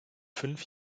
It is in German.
fünf